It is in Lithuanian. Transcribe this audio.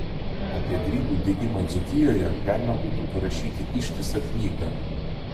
apie grybų dygimą dzūkijoje galima būtų parašyti ištisą knygą